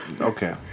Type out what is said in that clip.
Okay